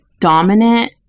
dominant